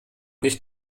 nicht